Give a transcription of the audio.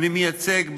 אני מייצג,